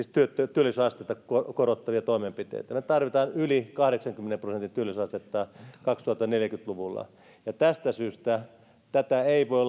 työllisyysastetta korottavia toimenpiteitä me tarvitsemme yli kahdeksankymmenen prosentin työllisyysastetta kaksituhattaneljäkymmentä luvulla ja tästä syystä tätä ei voi